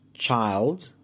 Child